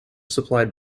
supplied